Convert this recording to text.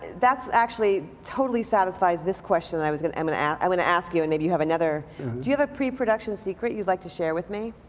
that's actually totally satisfies this question i was going um and ah i'm going to ask you and maybe you have another do you have a pre-production secret you'd like to share with me?